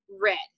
red